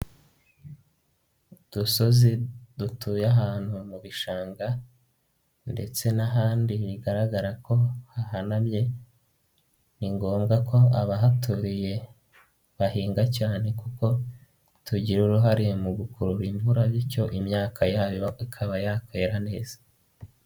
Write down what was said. Udusozi dutuye ahantu mu bishanga ndetse n'ahandi bigaragara ko hahanamye ni ngombwa ko abahatuye bahinga cyane kuko tugira uruhare mu gukurura imvura bityo imyaka yabo ikaba yaka neza.